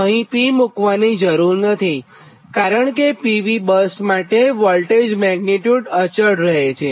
અહીં P મુક્વાની જરૂર નથીકારણ કે PV બસ માટે વોલ્ટેજ મેગ્નીટ્યુડ અચળ રહે છે